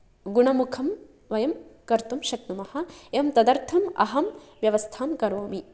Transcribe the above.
गुणमुखं वयं कर्तुं शक्नुमः एवं तदर्थम् अहं व्यवस्थां करोमि